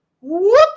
whoop